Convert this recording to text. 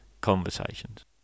conversations